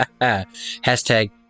Hashtag